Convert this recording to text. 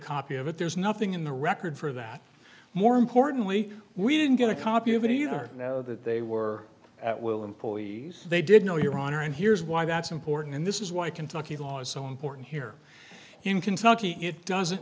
copy of it there's nothing in the record for that more importantly we didn't get a copy of it either you know that they were at will employees they did know your honor and here's why that's important and this is why kentucky law is so important here in kentucky it doesn't